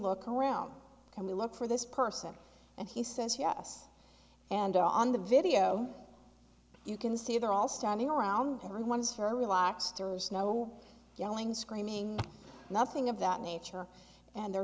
look around and we look for this person and he says yes and on the video you can see they're all standing around everyone is her relaxed there was no yelling screaming nothing of that nature and they were